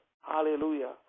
hallelujah